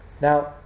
Now